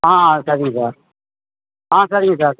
ஆ சரிங்க சார் ஆ சரிங்க சார்